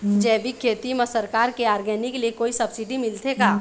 जैविक खेती म सरकार के ऑर्गेनिक ले कोई सब्सिडी मिलथे का?